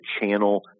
channel